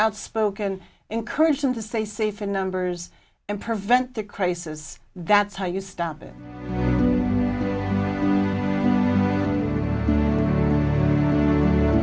outspoken encourage them to stay safe in numbers and prevent the crisis that's how you stop it